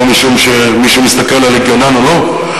לא משום שמישהו מסתכל על הגיונן או לא,